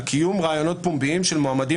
על קיום ראיונות פומביים של מועמדים